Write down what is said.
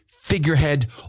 figurehead